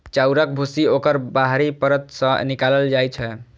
चाउरक भूसी ओकर बाहरी परत सं निकालल जाइ छै